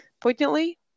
poignantly